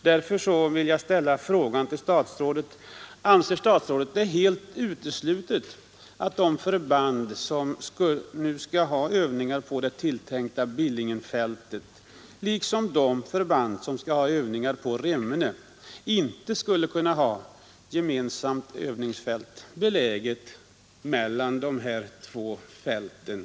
Därför vill jag ställa frågan till statsrådet: Anser statsrådet det helt uteslutet att de förband som nu skall ha övningar på det tilltänkta Billingenfältet liksom de förband som skall ha övningar på Remmene skulle kunna ha gemensamt övningsfält, beläget mellan de två nämnda fälten?